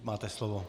Máte slovo.